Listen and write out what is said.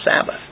Sabbath